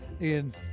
Ian